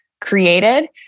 created